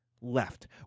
left